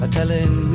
telling